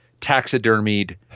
taxidermied